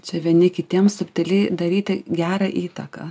čia vieni kitiems subtiliai daryti gerą įtaką